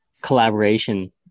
collaboration